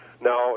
now